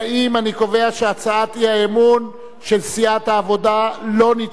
אני קובע שהצעת האי-אמון של סיעת העבודה לא נתקבלה.